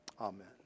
Amen